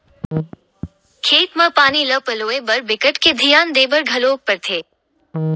खेत म पानी ल पलोए बर बिकट के धियान देबर घलोक परथे